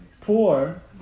poor